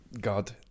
god